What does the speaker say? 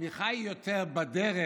התמיכה היא יותר בדרך